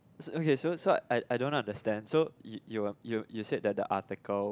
okay so so I I don't understand so you you um you said that the article